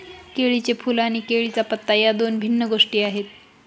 केळीचे फूल आणि केळीचा पत्ता या दोन भिन्न गोष्टी आहेत